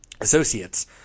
associates